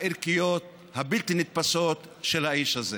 הערכיות הבלתי-נתפסות של האיש הזה.